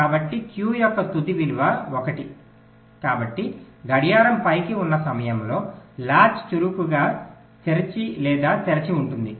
కాబట్టి Q యొక్క తుది విలువ 1 కాబట్టి గడియారం పైకి ఉన్న సమయంలో లాచ్ చురుకుగా లేదా తెరిచి ఉంటుంది